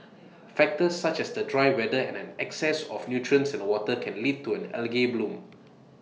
factors such as the dry weather and an excess of nutrients in the water can lead to an algae bloom